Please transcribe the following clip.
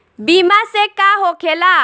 बीमा से का होखेला?